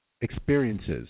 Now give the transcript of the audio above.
experiences